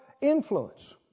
influence